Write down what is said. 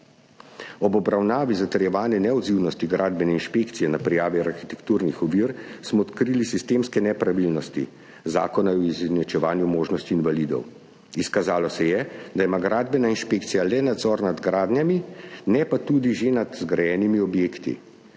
Ob obravnavi zatrjevane neodzivnosti gradbene inšpekcije na prijavi arhitekturnih ovir smo odkrili sistemske nepravilnosti Zakona o izenačevanju možnosti invalidov. Izkazalo se je, da ima gradbena inšpekcija nadzor le nad gradnjami, ne pa tudi nad že zgrajenimi objekti,